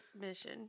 mission